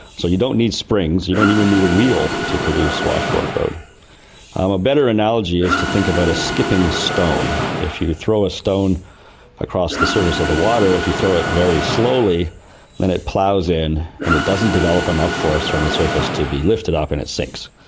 so you don't need springs, you don't even need a wheel to produce washboard road. um a better analogy is to think about a skipping stone. if you throw a stone across the surface of the water, if you throw it very slowly then it ploughs in and it doesn't develop enough force from the surface to be lifted up, and it sinks.